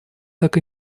так